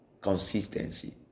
consistency